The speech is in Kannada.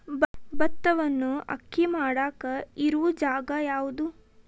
ಭತ್ತವನ್ನು ಅಕ್ಕಿ ಮಾಡಾಕ ಇರು ಜಾಗ ಯಾವುದು?